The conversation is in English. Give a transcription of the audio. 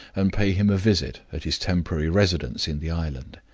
and pay him a visit at his temporary residence in the island.